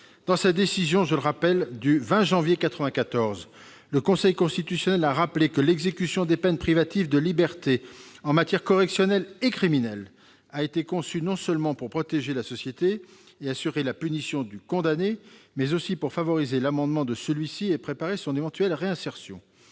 Dans sa décision du 20 janvier 1994, le Conseil constitutionnel a rappelé que l'exécution des peines privatives de liberté en matière correctionnelle et criminelle a été conçue non seulement pour protéger la société et assurer la punition du condamné, mais aussi pour favoriser l'amendement de celui-ci et préparer son éventuelle réinsertion.